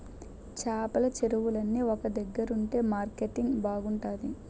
చేపల చెరువులన్నీ ఒక దగ్గరుంతె మార్కెటింగ్ బాగుంతాది